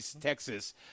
Texas